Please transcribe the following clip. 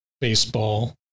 baseball